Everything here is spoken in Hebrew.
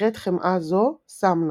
נקראת חמאה זו סאמנה.